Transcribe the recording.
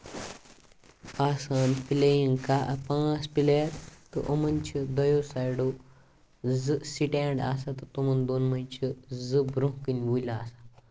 آسان پِلییِنگ کاہ پانٛژھ پِلیر تہٕ یِمَن چھُ دۄیو سایڈو زٕ سِٹینڈ آسان تہٕ تٕمَن دۄن منٛز چھِ زٕ برٛونہہ کُن آسان وُلۍ آسان